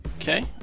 okay